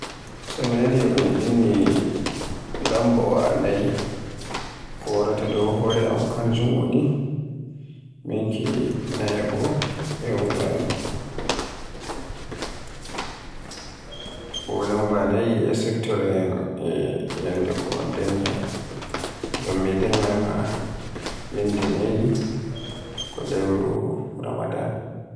So mi nani un inni lambaawa nayi, ko waraata dow hore am kanjum woni min ke nayaaɓo e wuro amin. Bo lamba nayi e siforoyam e ñyannde ko un dañyiyan, ngam mi dañya ma e ñyalde nayi ko lewru Ramadan.